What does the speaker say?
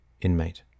inmate